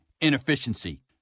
Inefficiency